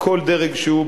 בכל דרג שהוא,